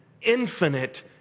infinite